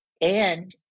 and-